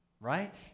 right